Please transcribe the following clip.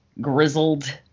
grizzled